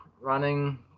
running